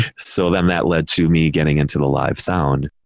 so then that led to me getting into the live sound,